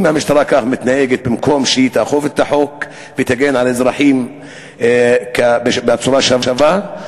אם המשטרה כך מתנהגת במקום שתאכוף את החוק ותגן על אזרחים בצורה שווה.